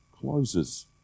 closes